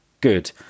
Good